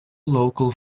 local